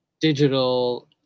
digital